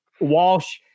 Walsh